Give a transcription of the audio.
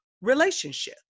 relationship